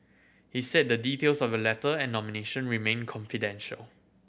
he said the details of the letter and nomination remain confidential